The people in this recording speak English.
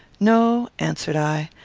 no, answered i,